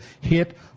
hit